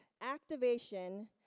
activation